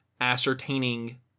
ascertaining